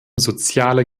soziale